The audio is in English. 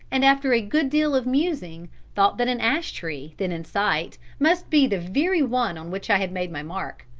and after a good deal of musing thought that an ash tree, then in sight, must be the very one on which i had made my mark.